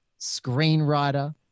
screenwriter